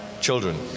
children